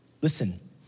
listen